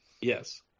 Yes